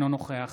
אינו נוכח